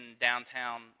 downtown